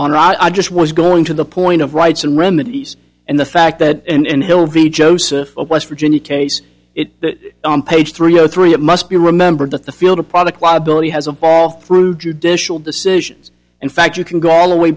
honor i just was going to the point of rights and remedies and the fact that and hill v joseph of west virginia tace it on page three zero three it must be remembered that the field of product liability has a fall through judicial decisions in fact you can go all the way